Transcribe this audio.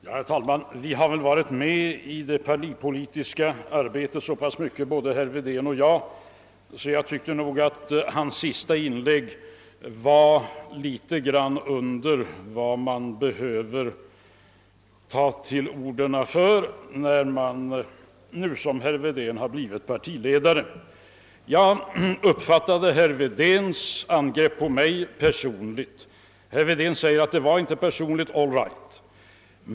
Herr talman! Herr Wedén har i likhet med mig varit med i det partipolitiska arbetet så länge, att han borde inse att det han sade i sitt sista anföran de inte motiverar ett inlägg från honom när han nu blivit partiledare. Jag uppfattade herr Wedéns angrepp på mig som personligt. Herr Wedén säger att det inte var personligt — all right.